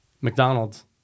McDonald's